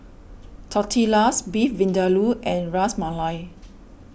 Tortillas Beef Vindaloo and Ras Malai